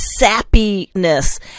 sappiness